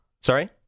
Sorry